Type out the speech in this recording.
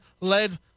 led